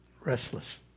Restless